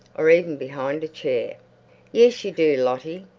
or even behind a chair. yes, you do, lottie.